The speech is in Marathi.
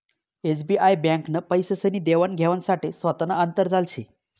एसबीआई ब्यांकनं पैसासनी देवान घेवाण साठे सोतानं आंतरजाल शे